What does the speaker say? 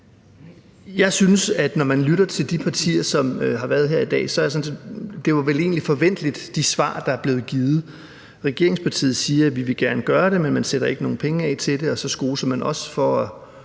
Jeg synes, at når man lytter til de partier, som har været her i dag, var det vel egentlig forventeligt med de svar, der er blevet givet. Regeringspartiet siger, at man gerne vil gøre det, men man sætter ikke nogen penge af til det, og så skoser man os for en